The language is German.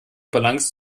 balance